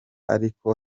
ariko